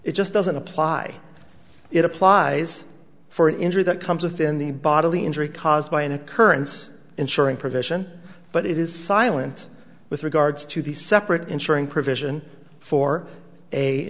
it just doesn't apply it applies for an injury that comes within the bodily injury caused by an occurrence ensuring provision but it is silent with regards to the separate ensuring provision for a